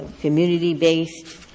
community-based